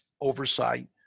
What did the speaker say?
oversight